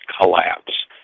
collapse